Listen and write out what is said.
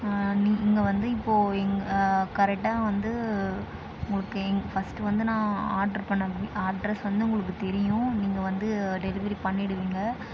நீங்கள் வந்து இப்போது எங் கரெக்டாக வந்து ஓகே ஃபஸ்ட்டு வந்து நான் ஆர்டரு பண்ணணும் அட்ரஸ் வந்து உங்களுக்கு தெரியும் நீங்கள் வந்து டெலிவரி பண்ணிவிடுவிங்க